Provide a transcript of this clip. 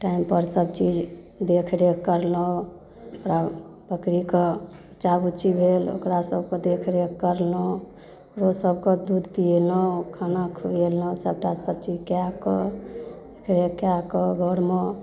टाइमपर सब चीज देख रेख करलहुँ ओकरा बकरीके बच्चा बुच्ची भेल ओकरा सबके देखरेख करलहुँ ओकरो सबके दूध पीयलहुँ खाना खुएलहुँ सबटा सब चीज कए कऽ फेर कए कऽ घरमे